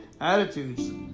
attitudes